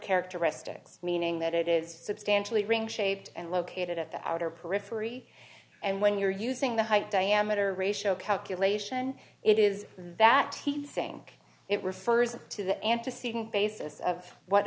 characteristics meaning that it is substantially ring shaped and located at the outer periphery and when you're using the height diameter ratio calculation it is that he's saying it refers to the antecedent basis of what